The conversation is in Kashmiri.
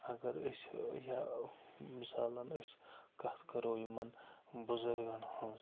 اگر أسۍ یا مِثالَن أسۍ کتھ کرو یِمَن بُزرگَن ہٕنٛز